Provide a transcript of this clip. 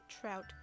Trout